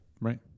Right